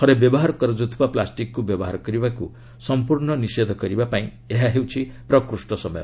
ଥରେ ବ୍ୟବହାର କରାଯାଉଥିବା ପ୍ଲାଷ୍ଟିକ୍କୁ ବ୍ୟବହାର କରିବାକୁ ସଂପୂର୍ଣ୍ଣ ନିଷେଧ କରିବା ପାଇଁ ଏହା ପ୍ରକୃଷ୍ଟ ସମୟ